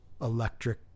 electric